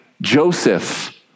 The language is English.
Joseph